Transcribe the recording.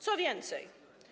Co więcej?